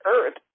earth